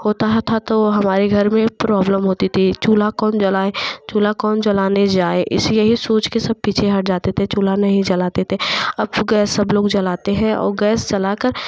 होता था तो हमारे घर में प्रॉब्लम होती थी चूल्हा कौन जलाएँ चूल्हा कौन जलाने जाए इसलिए यही सोच सब पीछे हट जाते थे चूल्हा नहीं जलाते थे अब गैस सब लोग जलते हैं और गैस जलाकर